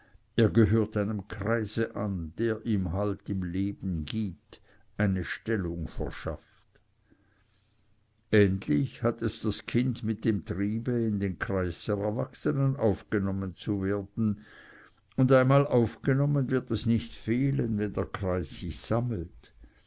er gehört einem kreise an der ihm halt im leben gibt eine stellung verschafft ähnlich hat es das kind mit dem triebe in die kreise der erwachsenen aufgenommen zu werden und einmal aufgenommen wird es nicht fehlen wenn der kreis sich sammelt